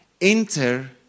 Enter